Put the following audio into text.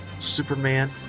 superman